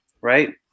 right